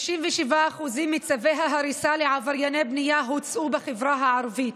97% מצווי ההריסה לעברייני בנייה הוצאו בחברה הערבית.